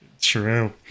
True